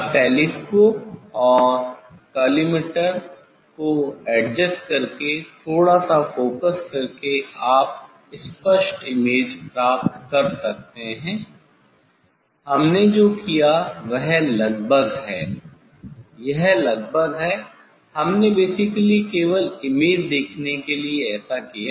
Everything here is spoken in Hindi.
अब टेलीस्कोप और कॉलीमटोर को एडजस्ट करके थोड़ा सा फोकस करके आप स्पष्ट इमेज प्राप्त कर सकते हैं हमने जो किया वह लगभग है यह लगभग है हमने बेसिकली केवल इमेज देखने के लिए ऐसा किया